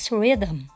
rhythm